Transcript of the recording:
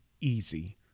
easy